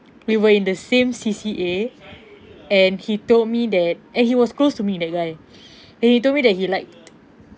we were in the same C_C_A and he told me that and he was close to me that guy and he told me that he liked